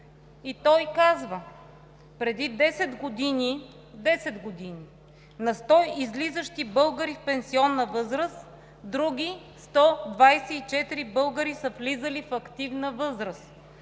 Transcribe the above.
10 години, 10 години, на 100 излизащи българи в пенсионна възраст други 124 българи са влизали в активна възраст.